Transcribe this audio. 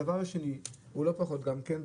הדבר השני הוא לא פחות גם כן,